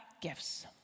gifts